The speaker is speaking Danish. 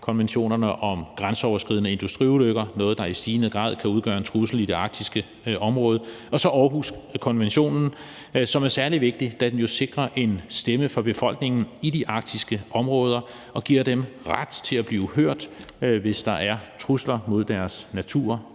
konventionen om de grænseoverskridende virkninger af industriulykker – noget, der i stigende grad kan udgøre en trussel i det arktiske område – og så Århuskonventionen, som er særlig vigtig, da den jo sikrer en stemme for befolkningen i de arktiske områder og giver dem ret til at blive hørt, hvis der er trusler mod deres natur